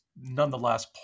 nonetheless